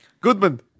Goodman